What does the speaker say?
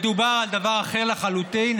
מדובר על דבר אחר לחלוטין,